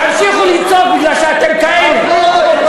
תמשיכו לצעוק, כי אתם כאלה.